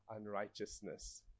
unrighteousness